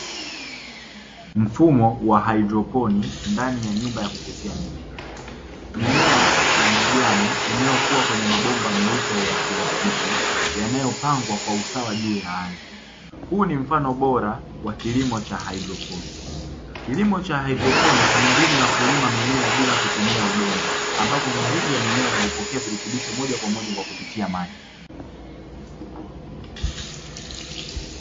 Mfumo wa haidroponi ndani ya nyumba ya kukuzia mimea. Mimea ya majani inayokua kwenye mabomba meupe ya plastiki yanayopangwa kwa usawa juu ya ardhi. Huu ni mfano bora wa kilimo cha haidroponi. Kilimo cha haidroponi ni mbinu ya kulima mimea bila kutumia udongo, ambapo mizizi ya mimea hupokea virutubisho moja kwa moja kwa kupitia maji.